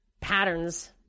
patterns